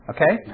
Okay